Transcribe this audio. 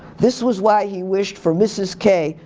this was why he wished for mrs. k,